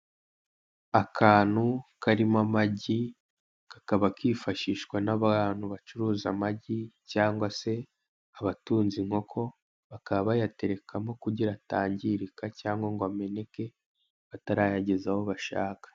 Akantu karimo amagi kakabba kifashishwa n'abantu bacuruza amagi cyangwa se abatunze inkoko bakaba bayaterekamo kugira atangirika cyangwa ngo ameneke batarayageza aho bashaka.